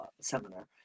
seminar